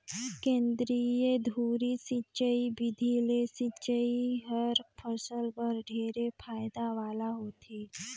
केंद्रीय धुरी सिंचई बिधि ले सिंचई हर फसल बर ढेरे फायदा वाला होथे